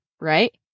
right